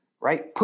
Right